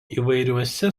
įvairiuose